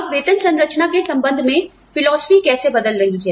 अब वेतन संरचना के संबंध में फिलॉसफी कैसे बदल रही हैं